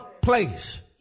place